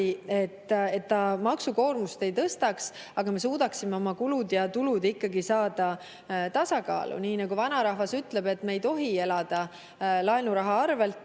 et see maksukoormust ei tõstaks, aga me suudaksime oma kulud ja tulud ikkagi saada tasakaalu. Nii nagu vanarahvas ütleb, et me ei tohi elada laenuraha arvelt.